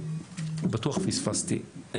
בטוח פספסתי.